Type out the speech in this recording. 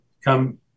Come